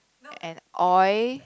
and oil